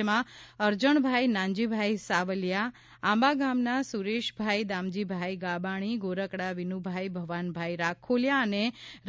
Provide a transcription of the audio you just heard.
જેમાં અરજણભાઇ નાનજીભાઇ સાવલિયા આંબા ગામના સુરેશભાઇ દામજીભાઇ ગાબાણી ગોરકડા વિન્નભાઇ ભવાનભાઇ રાખોલીયા અને